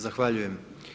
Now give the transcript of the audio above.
Zahvaljujem.